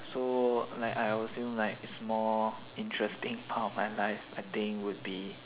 so like I assume like small interesting part of my life I think would be